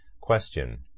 Question